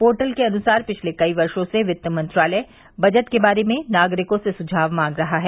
portal के अनुसार पिछले कई वर्षो से वित्त मंत्रालय बजट के बारे में नागरिकों से सुझाव मांग रहा है